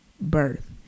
birth